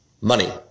money